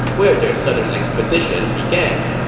where their southern expedition began.